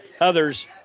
others